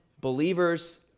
believers